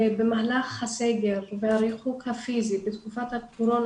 במהלך הסגר והריחוק הפיזי בתקופת הקורונה